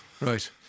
Right